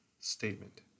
statement